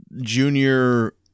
Junior